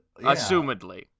assumedly